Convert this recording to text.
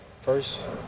First